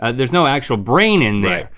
ah there's no actually brain in there.